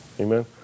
Amen